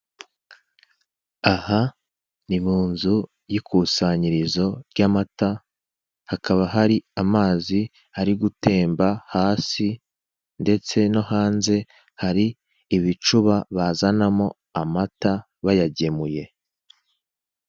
Aha ni mu nzu y'ikusanyirizo ry'amata, haka hari amazi ari gutemba hasi ndetse no hanze hari ibicuba bazanamo amata bayagemuye.